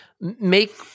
make